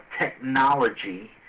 technology